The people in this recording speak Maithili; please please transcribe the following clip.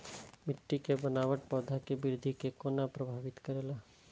मिट्टी के बनावट पौधा के वृद्धि के कोना प्रभावित करेला?